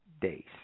days